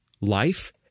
life